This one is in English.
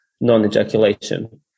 non-ejaculation